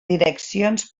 direccions